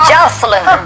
Jocelyn